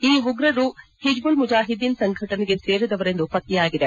ಈ ಉಗ್ರರು ಹಿಝ್ಬುಲ್ ಮುಜಾಹಿದ್ದೀನ್ ಸಂಘಟನೆಗೆ ಸೇರಿದವರೆಂದು ಪತ್ತೆಯಾಗಿದೆ